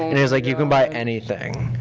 and he was like, you could buy anything.